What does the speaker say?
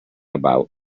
about